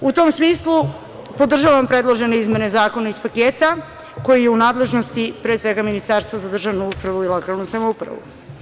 U tom smislu, podržavam predložene izmene zakona iz paketa koji je u nadležnosti, pre svega Ministarstva za državnu upravu i lokalnu samoupravu.